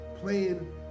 playing